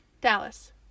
Dallas